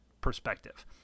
perspective